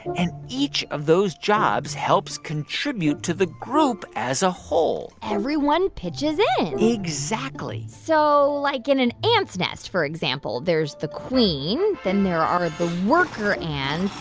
and each of those jobs helps contribute to the group as a whole everyone pitches in exactly so, like, in an ants' nest, for example, there's the queen. then there are the worker ants.